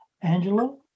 Angela